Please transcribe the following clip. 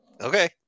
Okay